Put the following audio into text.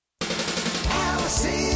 Allison